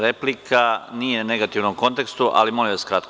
Replika, nije u negativnom kontekstu, ali molim vas kratko.